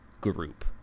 group